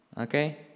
Okay